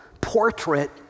portrait